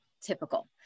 typical